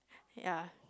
ya